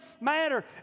matter